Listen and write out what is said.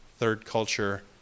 third-culture